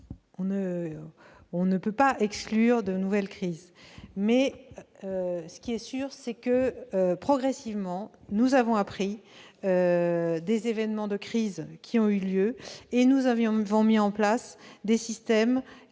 On ne peut pas exclure de nouvelles crises. Ce qui est sûr, c'est que, progressivement, nous avons appris des événements qui ont eu lieu et nous avons mis en place des systèmes